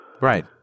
Right